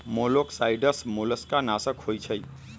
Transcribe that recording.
मोलॉक्साइड्स मोलस्का नाशक होइ छइ